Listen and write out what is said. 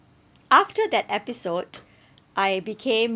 after that episode I became